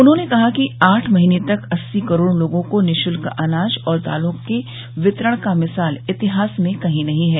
उन्होने कहा कि आठ महीने तक अस्सी करोड लोगों को निशुल्क अनाज और दालों के वितरण की मिसाल इतिहास में कहीं नहीं है